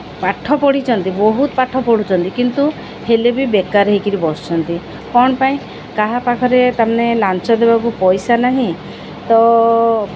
ପାଠ ପଢ଼ିଚନ୍ତି ବହୁତ ପାଠ ପଢ଼ୁଛନ୍ତି କିନ୍ତୁ ହେଲେ ବି ବେକାର ହେଇ କରି ବସିଛନ୍ତି କ'ଣ ପାଇଁ କାହା ପାଖରେ ତା'ମାନେ ଲାଞ୍ଚ ଦେବାକୁ ପଇସା ନାହିଁ ତ